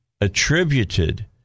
attributed